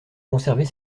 conserver